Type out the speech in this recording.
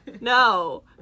No